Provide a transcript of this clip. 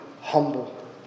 humble